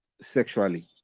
sexually